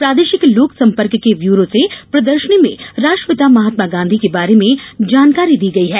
प्रादेशिक लोक संपर्क के ब्यूरो से प्रदर्शनी में राष्ट्रपिता महात्मा गांधी के बारे में जानकारी दी गई है